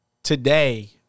Today